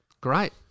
Great